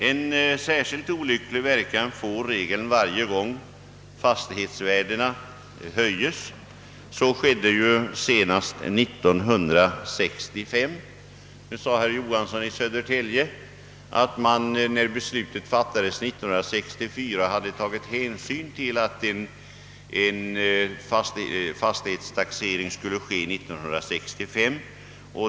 En särskilt olycklig verkan får regeln varje gång fastighetsvärdena höjs. Så skedde ju senast 1965. Nu sade herr Johansson i Södertälje att man när beslutet fattades 1964 hade tagit hänsyn till att en fastighetstaxering skulle ske 1965.